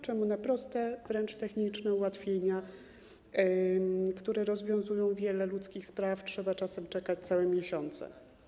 Czemu na proste, wręcz techniczne ułatwienia, które rozwiązują wiele ludzkich spraw, trzeba czasem czekać całe miesiące?